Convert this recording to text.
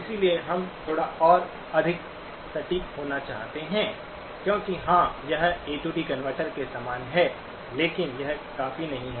इसलिए हम थोड़ा और अधिक सटीक होना चाहते हैं क्योंकि हाँ यह ए डी कनवर्टरAD converter के समान है लेकिन यह काफी नहीं है